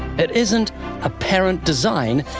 it isn't apparent design,